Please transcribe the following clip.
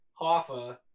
hoffa